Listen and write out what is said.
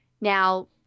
Now